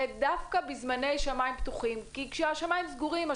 דווקא בזמני שמיים פתוחים כי כשהשמיים סגורים,